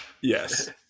Yes